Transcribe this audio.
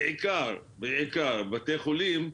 בעיקר בבתי החולים,